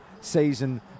season